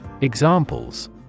Examples